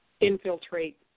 infiltrate